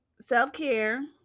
self-care